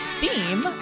theme